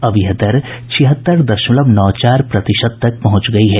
अब यह दर छिहत्तर दशमलव नौ चार प्रतिशत तक पहुंच गई है